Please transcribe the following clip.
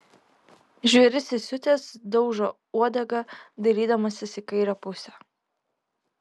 žvėris įsiutęs daužo uodega dairydamasis į kairę pusę